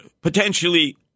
potentially